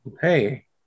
hey